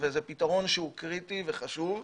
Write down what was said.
וזה פתרון קריטי וחשוב.